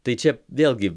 tai čia vėlgi